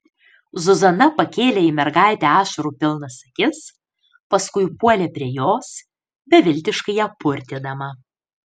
zuzana pakėlė į mergaitę ašarų pilnas akis paskui puolė prie jos beviltiškai ją purtydama